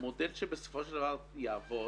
המודל שבסופו של דבר יעבוד,